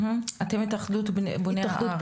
אתם התאחדות בוני הארץ.